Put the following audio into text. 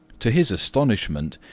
to his astonishment,